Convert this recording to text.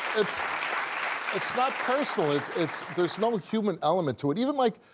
it's it's not personal, it's it's there's no human element to it, even like,